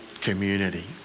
community